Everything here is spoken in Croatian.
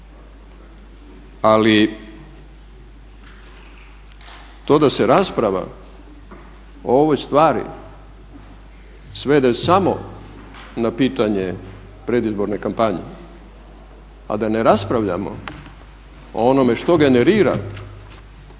Ali to da se rasprava o ovoj stvari svede samo na pitanje predizborne kampanje, a da ne raspravljamo o onome što generira siromaštvo.